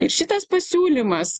ir šitas pasiūlymas